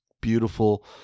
beautiful